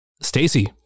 stacy